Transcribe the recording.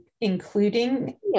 including